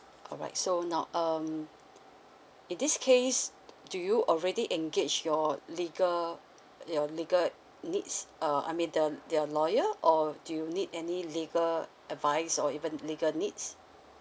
all right so now um in this case do you already engage your legal your legal needs uh I mean the the lawyer or do you need any legal advice or even legal needs